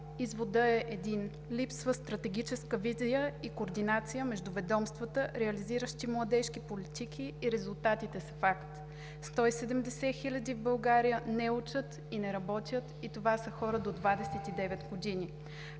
изводът е един: липсва стратегическа визия и координация между ведомствата, реализиращи младежки политики, и резултатите са факт: 170 хиляди в България не учат и не работят, и това са хора до 29 години.